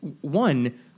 One